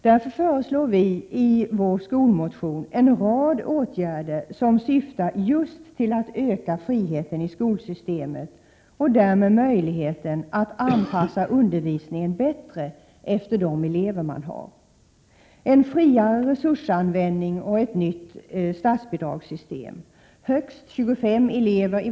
Därför föreslår vi i vår skolmotion en rad åtgärder som syftar till att just öka friheten i skolsystemet och därmed möjligheten att bättre anpassa undervisningen efter de elever man har.